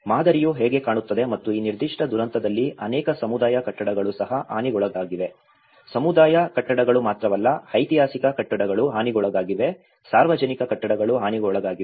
ಮಾದರಿಯು ಹೇಗೆ ಕಾಣುತ್ತದೆ ಮತ್ತು ಈ ನಿರ್ದಿಷ್ಟ ದುರಂತದಲ್ಲಿ ಅನೇಕ ಸಮುದಾಯ ಕಟ್ಟಡಗಳು ಸಹ ಹಾನಿಗೊಳಗಾಗಿವೆ ಸಮುದಾಯ ಕಟ್ಟಡಗಳು ಮಾತ್ರವಲ್ಲ ಐತಿಹಾಸಿಕ ಕಟ್ಟಡಗಳು ಹಾನಿಗೊಳಗಾಗಿವೆ ಸಾರ್ವಜನಿಕ ಕಟ್ಟಡಗಳು ಹಾನಿಗೊಳಗಾಗಿವೆ